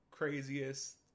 Craziest